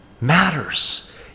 Matters